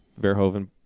Verhoeven